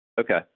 Okay